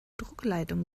druckleitung